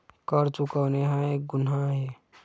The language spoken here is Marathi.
कर चुकवणे हा एक गुन्हा आहे